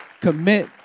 commit